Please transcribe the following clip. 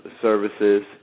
services